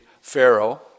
Pharaoh